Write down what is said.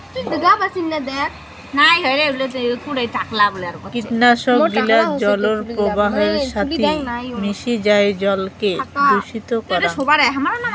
কীটনাশক গিলা জলর প্রবাহর সাথি মিশি যাই জলকে দূষিত করাং